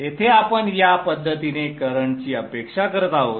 येथे आपण या पद्धतीने करंटची अपेक्षा करत आहोत